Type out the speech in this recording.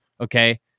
okay